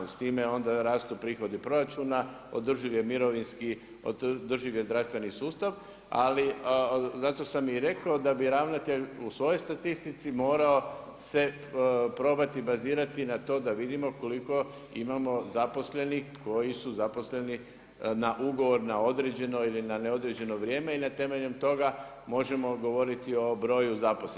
S time onda rastu prihodi proračuna, održiv je mirovinski, održiv je zdravstveni sustav ali zato sam i rekao da bi ravnatelj u svojoj statistici morao se probati bazirati na to da vidimo koliko imamo zaposlenih koji su zaposleni na ugovor na određeno ili na neodređeno vrijeme i temeljem toga možemo govoriti o broju zaposlenih.